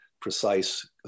precise